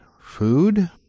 food